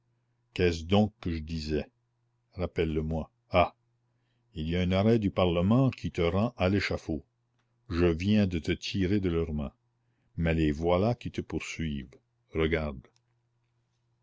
qu'est-ce donc que je disais rappelle le moi ah il y a un arrêt du parlement qui te rend à l'échafaud je viens de te tirer de leurs mains mais les voilà qui te poursuivent regarde